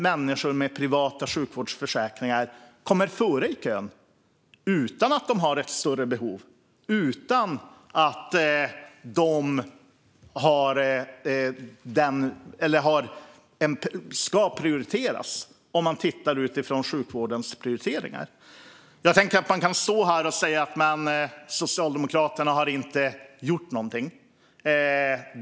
Människor med privata sjukvårdsförsäkringar kommer före i kön utan att de har ett större behov, utan att de ska prioriteras enligt sjukvårdens prioriteringar. Man kan stå här och säga att Socialdemokraterna inte har gjort någonting.